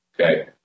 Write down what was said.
Okay